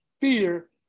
fear